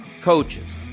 coaches